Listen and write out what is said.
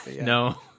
No